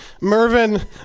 Mervin